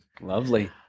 Lovely